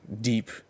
deep